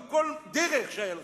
עם כל הדרך שהיתה לך.